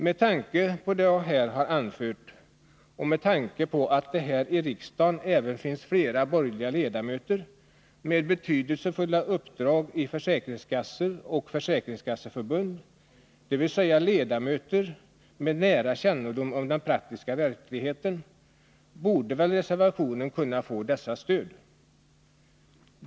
Med tanke på det jag anfört och med tanke på att det här i riksdagen även finns flera borgerliga ledamöter med betydelsefulla uppdrag i försäkringskassor och försäkringskasseförbund, dvs. ledamöter med nära kännedom om den praktiska verkligheten, borde väl reservationen kunna få dessas stöd.